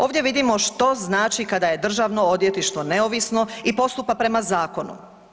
Ovdje vidimo što znači kada je Državno odvjetništvo neovisno i postupa prema zakonu.